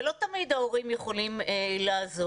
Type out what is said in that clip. ולא תמיד ההורים יכולים לעזור.